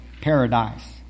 paradise